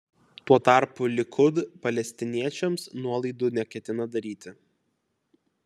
tuo tarpu likud palestiniečiams nuolaidų neketina daryti